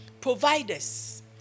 providers